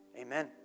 Amen